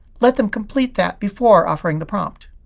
let them complete that before offering the prompt.